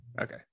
Okay